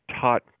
taught